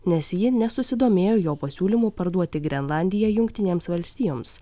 nes ji nesusidomėjo jo pasiūlymu parduoti grenlandiją jungtinėms valstijoms